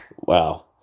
wow